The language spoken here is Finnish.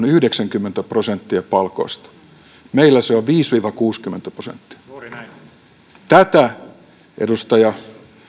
on yhdeksänkymmentä prosenttia palkoista meillä se on viisikymmentä viiva kuusikymmentä prosenttia tätä edustaja